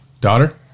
Daughter